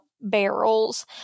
barrels